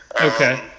okay